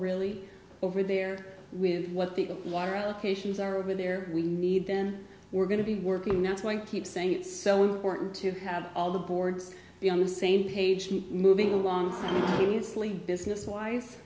really over there with what the water allocations are over there we need them we're going to be working now twenty eight saying it's so important to have all the boards on the same page moving along business wise